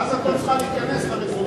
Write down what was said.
ואז את לא צריכה להיכנס לרזולוציה,